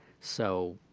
so